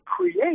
create